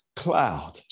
cloud